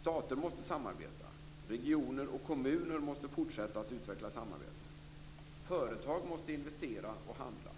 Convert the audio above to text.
Stater måste samarbeta. Regioner och kommuner måste fortsätta att utveckla samarbete. Företag måste investera och handla.